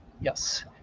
yes